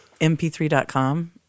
mp3.com